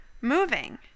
moving